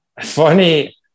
funny